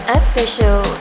official